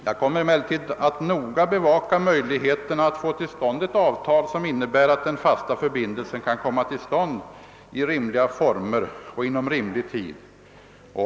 Vi kommer emellertid att noga bevaka möjligheterna att träffa ett avtal som innebär att den fasta förbindelsen kan komma till stånd i rimliga former och inom rimlig tid.